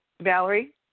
Valerie